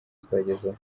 twagezeho